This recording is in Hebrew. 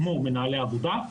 כמו מנהלי העבודה,